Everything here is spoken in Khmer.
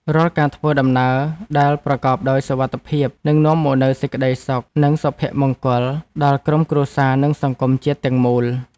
រាល់ការធ្វើដំណើរដែលប្រកបដោយសុវត្ថិភាពនឹងនាំមកនូវសេចក្តីសុខនិងសុភមង្គលដល់ក្រុមគ្រួសារនិងសង្គមជាតិទាំងមូល។